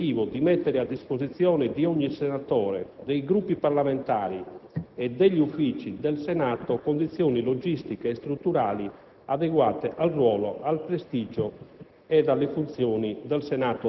realizzando finalmente l'obiettivo di mettere a disposizione di ogni senatore, dei Gruppi parlamentari e degli uffici del Senato condizioni logistiche e strutturali adeguate al ruolo, al prestigio